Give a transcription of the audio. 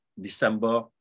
December